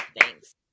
thanks